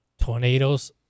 tornadoes